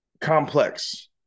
complex